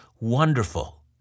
wonderful